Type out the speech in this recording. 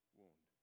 wound